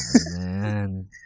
man